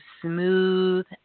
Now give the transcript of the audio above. smooth